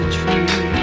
true